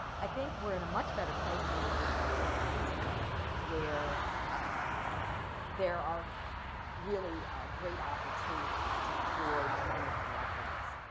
i think we're in a much better place than we were twenty five years ago, where um there are really great opportunities to forge interconnectedness.